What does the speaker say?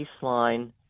baseline